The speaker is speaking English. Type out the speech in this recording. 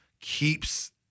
keeps